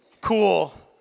cool